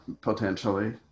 potentially